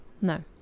No